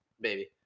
baby